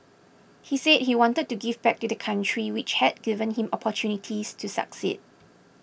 he said he wanted to give back to the country which had given him opportunities to succeed